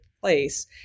place